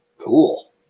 Cool